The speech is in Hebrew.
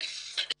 (מוקרן סרטון)